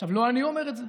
עכשיו, לא אני אומר את זה.